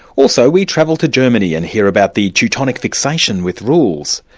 also, we travel to germany and hear about the teutonic fixation with rules.